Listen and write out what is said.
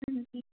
ਹਾਂਜੀ